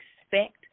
expect